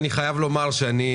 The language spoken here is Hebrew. אני חייב לומר שאני